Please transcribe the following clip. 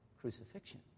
crucifixion